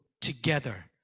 together